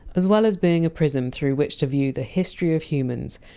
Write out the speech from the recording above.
as well as being a prism through which to view the history of humans,